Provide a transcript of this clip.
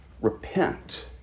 Repent